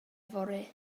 fory